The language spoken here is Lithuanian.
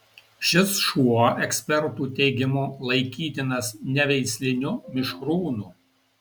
šis šuo ekspertų teigimu laikytinas neveisliniu mišrūnu